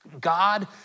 God